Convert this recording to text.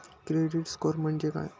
Credit score म्हणजे काय?